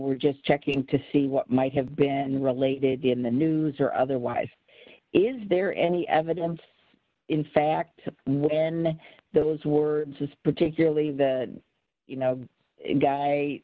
were just checking to see what might have been related in the news or otherwise is there any evidence in fact when those were just particularly the you know guy